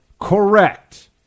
Correct